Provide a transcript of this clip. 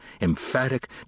emphatic